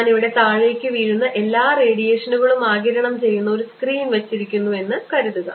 ഞാനിവിടെ താഴേയ്ക്ക് വീഴുന്ന എല്ലാ റേഡിയേഷനുകളും ആഗിരണം ചെയ്യുന്ന ഒരു സ്ക്രീൻ വച്ചിരിക്കുന്നു എന്ന് കരുതുക